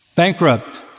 bankrupt